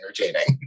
entertaining